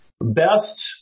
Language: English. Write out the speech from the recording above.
best